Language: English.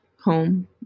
home